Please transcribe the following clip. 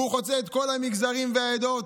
והוא חוצה את כל המגזרים והעדות.